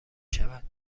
شود